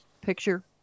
picture